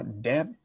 debt